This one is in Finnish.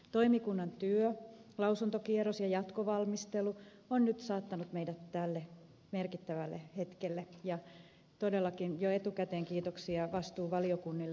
toimikunnan työ lausuntokierros ja jatkovalmistelu on nyt saattanut meidät tälle merkittävälle hetkelle ja todellakin jo etukäteen kiitoksia vastuuvaliokunnille